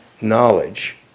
knowledge